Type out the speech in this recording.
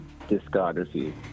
discography